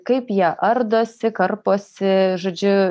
kaip jie ardosi karposi žodžiu